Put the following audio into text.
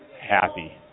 happy